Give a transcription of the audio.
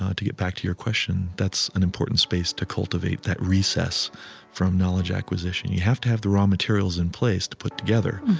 ah to get back to your question, that's an important space to cultivate, that recess from knowledge acquisition. you have to have the raw materials in place to put together,